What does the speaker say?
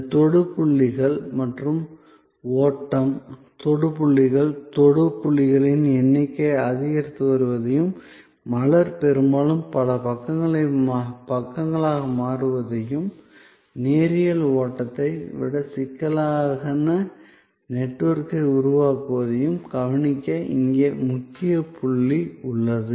இந்த தொடு புள்ளிகள் மற்றும் ஓட்டம் தொடு புள்ளிகள் தொடு புள்ளிகளின் எண்ணிக்கை அதிகரித்து வருவதையும் மலர் பெரும்பாலும் பல பக்கங்களாக மாறுவதையும் நேரியல் ஓட்டத்தை விட சிக்கலான நெட்வொர்க்கை உருவாக்குவதையும் கவனிக்க இங்கே முக்கிய புள்ளி உள்ளது